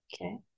okay